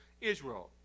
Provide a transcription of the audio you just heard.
Israel